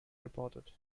reported